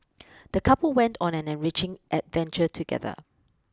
the couple went on an enriching adventure together